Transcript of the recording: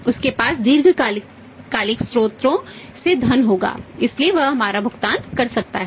उसके पास दीर्घकालिक स्रोतों से धन होगा इसलिए वह हमारा भुगतान कर सकता है